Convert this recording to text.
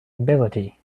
ability